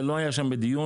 זה לא היה שם בדיון,